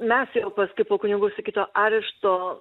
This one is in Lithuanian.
mes jau paskui po kunigo sigito arešto